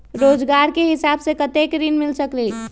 रोजगार के हिसाब से कतेक ऋण मिल सकेलि?